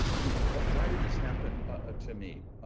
well, you know what, why did this happen ah to me.